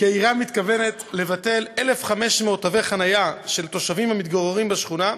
כי העירייה מתכוונת לבטל 1,500 תווי חניה של תושבים המתגוררים בשכונה,